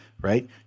right